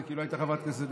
כי היא לא הייתה חברת כנסת,